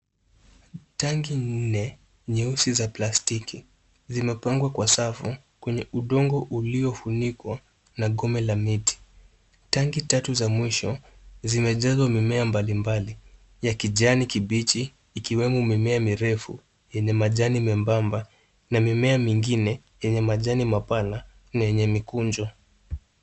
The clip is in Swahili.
Tanki nne nyeusi za plastiki, zimepangwa kwa safu kwenye udongo uliofunikwa na gome la miti. Tanki tatu za mwisho zimejazwa mimea mbalimbali ya kijani kibichi, ikiwemo mimea mirefu yenye majani membamba na mimea mingine yenye majani mapana na yenye mikunjo.